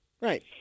right